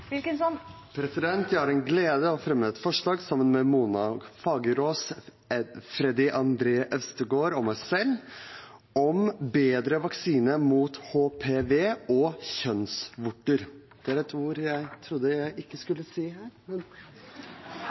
Jeg har den glede å fremme et forslag på vegne av Mona Fagerås, Freddy André Øvstegård og meg selv om bedre vaksine mot HPV og kjønnsvorter. Det er et ord jeg ikke trodde jeg skulle si her.